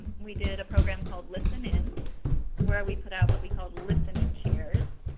we did a program called listen in where we put out what we called listening chairs.